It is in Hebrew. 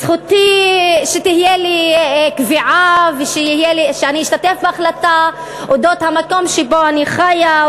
זכותי שתהיה לי קביעה ושאני אשתתף בהחלטה על המקום שבו אני חיה,